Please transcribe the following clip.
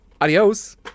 Adios